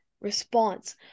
response